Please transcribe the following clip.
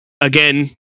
again